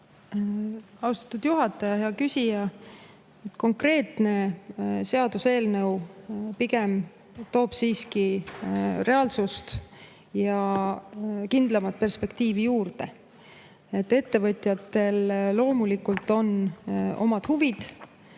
Austatud juhataja! Hea küsija! Konkreetne seaduseelnõu toob siiski pigem reaalsust ja kindlamat perspektiivi juurde. Ettevõtjatel on loomulikult oma huvid